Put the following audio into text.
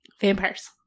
Vampires